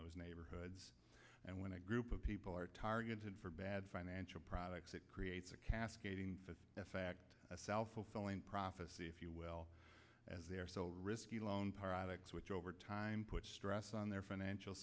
those neighborhoods and when a group of people are targeted for bad financial products it creates a cascading effect a self fulfilling prophecy if you well as their sole risky loan products which over time puts stress on their financial